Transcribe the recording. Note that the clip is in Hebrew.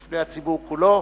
בפני הציבור כולו.